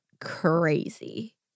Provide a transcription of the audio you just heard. crazy